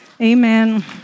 Amen